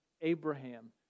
Abraham